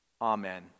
Amen